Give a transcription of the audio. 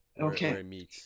Okay